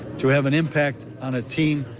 to have an impact on a team